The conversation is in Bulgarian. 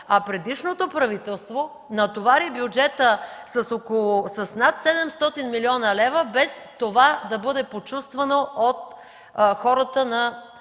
а предишното правителство натовари бюджета с над 700 млн. лв., без това да бъде почувствано от хората на